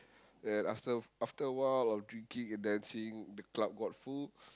then after after a while of drinking and dancing the club got full